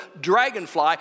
dragonfly